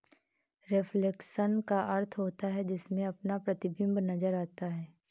reflection का अर्थ होता है जिसमें अपना प्रतिबिंब नजर आता है